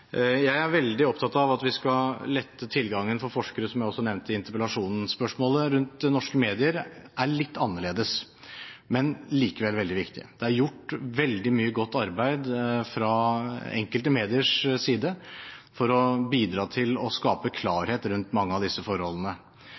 Jeg er veldig opptatt av at vi skal lette tilgangen for forskere, som også er nevnt i interpellasjonen. Spørsmålet rundt norske medier er litt annerledes, men likevel veldig viktig. Det er gjort veldig mye godt arbeid fra enkelte mediers side for å bidra til å skape klarhet rundt mange av disse forholdene.